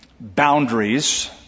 boundaries